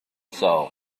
soul